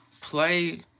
Play